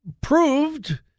proved